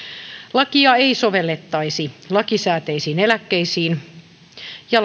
lakia ei sovellettaisi lakisääteisiin eläkkeisiin ja